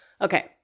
Okay